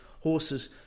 horses